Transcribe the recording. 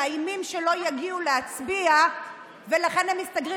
מאיימים שלא יגיעו להצביע ולכן הם מסתגרים